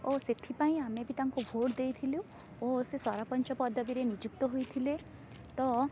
ଓ ସେଥିପାଇଁ ଆମେ ବି ତାଙ୍କୁ ଭୋଟ ଦେଇଥିଲୁ ଓ ସେ ସରପଞ୍ଚ ପଦବୀରେ ନିଯୁକ୍ତ ହୋଇଥିଲେ ତ